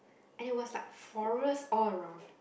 and it was like forest all around